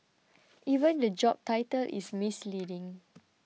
even the job title is misleading